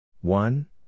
One